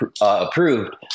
approved